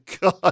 God